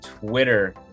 Twitter